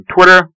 Twitter